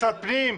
משרד הפנים,